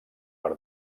per